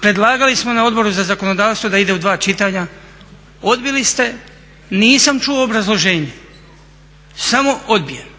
Predlagali smo na Odboru za zakonodavstvo da ide u dva čitanja, odbili ste, nisam čuo obrazloženje samo odbijen.